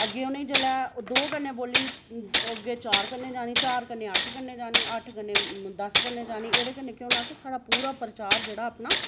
अग्गै उ'नें जेल्लै दौं कन्नै बोल्ली ओह् चार कन्नै जानी ते चार परा अट्ठ कन्नै जानी अट्ठ कन्नै दस्स कन्नै जानी एह्दे कन्नै केह् होना कि साढ़ा प्रचार जेह्ड़ा अपना